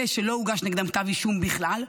אלה שלא הוגש נגדם כתב אישום בכלל,